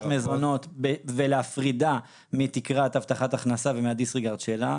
מזונות ולהפרידה מתקרת הבטחת הכנסה ומהדיסריגרד שלה,